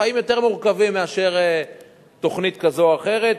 החיים יותר מורכבים מאשר תוכנית כזו או אחרת.